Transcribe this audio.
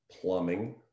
plumbing